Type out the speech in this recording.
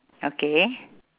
okay